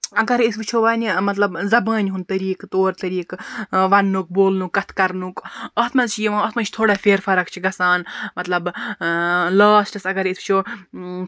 اگرے أسۍ وٕچھو وۄنۍ مَطلَب زَبانہِ ہُنٛد طٔریٖقہ طور طٔریقہٕ وَننُک بولنُک کتھ کَرنُک اتھ مَنٛز چھِ یِوان اتھ مَنٛز چھُ تھوڑا فیر فَرَق چھِ گَژھان مَطلَب لاسٹَس اَگَرے أسۍ وٕچھو